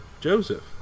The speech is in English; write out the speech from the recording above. joseph